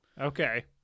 Okay